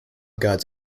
gods